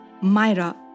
Myra